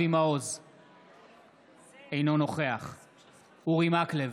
אינו נוכח אורי מקלב,